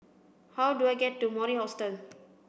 how do I get to Mori Hostel